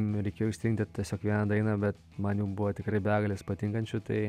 nu reikėjo išsirinkti tiesiog vieną dainą bet man jų buvo tikrai begalės patinkančių tai